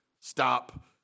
Stop